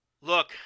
look